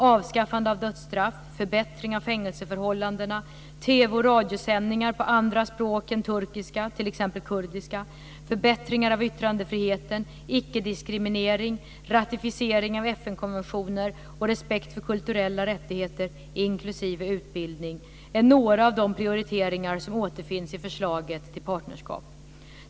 Avskaffande av dödsstraff, förbättring av fängelseförhållanden, TV och radiosändningar på andra språk än turkiska, t.ex. kurdiska, förbättringar av yttrandefriheten, icke-diskriminering, ratificering av FN konventioner och respekt för kulturella rättigheter, inklusive utbildning, är några av de prioriteringar som återfinns i förslaget till partnerskap.